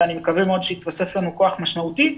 ואני מקווה שיתווסף לנו כוח משמעותי.